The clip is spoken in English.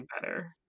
better